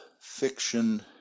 fiction